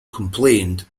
complained